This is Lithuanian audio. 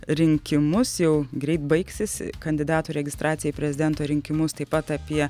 rinkimus jau greit baigsis kandidatų registracija į prezidento rinkimus taip pat apie